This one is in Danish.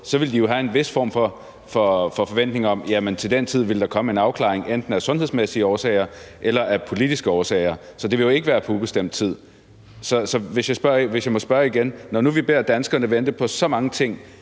så ville de jo have en vis form for forventning om, at der til den tid ville komme en afklaring enten af sundhedsmæssige årsager eller af politiske årsager; så det vil jo ikke være på ubestemt tid. Så hvis jeg må spørge igen: Når nu vi beder danskerne vente på så mange ting